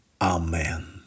Amen